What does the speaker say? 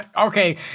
Okay